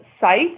site